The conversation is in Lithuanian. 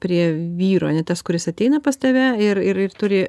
prie vyro ane tas kuris ateina pas tave ir ir ir turi